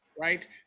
right